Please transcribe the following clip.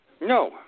No